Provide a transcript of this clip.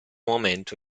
momento